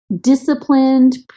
disciplined